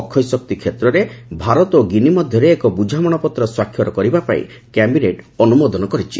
ଅକ୍ଷୟଶକ୍ତି କ୍ଷେତ୍ରରେ ଭାରତ ଓ ଗିନି ମଧ୍ୟରେ ଏକ ବୁଝାମଣାପତ୍ର ସ୍ୱାକ୍ଷର କରିବା ପାଇଁ କ୍ୟାବିନେଟ୍ ଅନୁମୋଦନ କରିଛି